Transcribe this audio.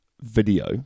video